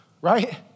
Right